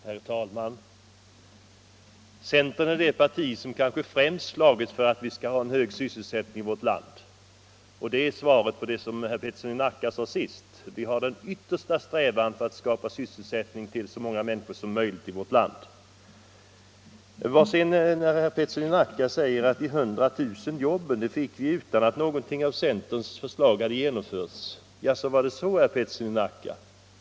Herr talman! Centern är det parti som främst arbetat för att få en hög sysselsättning i vårt land, och det är svaret på det herr Peterson i Nacka sade sist. Vår yttersta strävan är att skapa sysselsättning åt så många människor som möjligt i vårt land. Herr Peterson i Nacka säger vidare att vi fick de 100 000 jobben utan att några av centerns förslag genomfördes. Var det verkligen så?